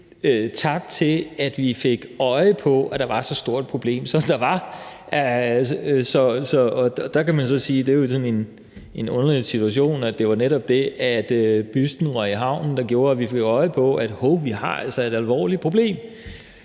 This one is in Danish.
tak for, at vi fik øje på, at der var så stort et problem, som der var. Der kan man jo så sige, at det er sådan en underlig situation, at det netop var det, at busten røg i havnen, der gjorde, at vi fik øje på, at vi altså har et alvorligt problem.